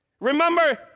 Remember